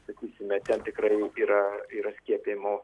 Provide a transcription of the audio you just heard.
sakysime ten tikrai yra yra skiepijimo